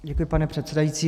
Děkuji, pane předsedající.